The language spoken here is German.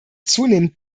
zunehmend